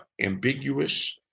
ambiguous